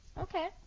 Okay